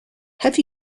have